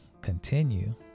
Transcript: continue